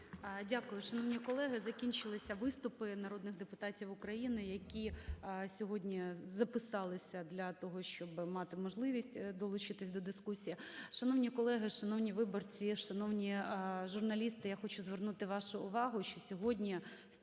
Дякую. Шановні колеги, закінчилися виступи народних депутатів України, які сьогодні записалися для того, щоби мати можливість долучитися до дискусії. Шановні колеги, шановні виборці, шановні журналісти, я хочу звернути вашу вагу, що сьогодні,